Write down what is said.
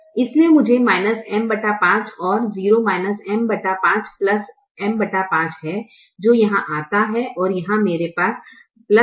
इसलिए मुझे M 5 और 0 M 5 प्लस M 5 है जो यहां आता है और यहाँ मेरे पास 7 5 है